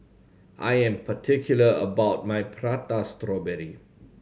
I am particular about my Prata Strawberry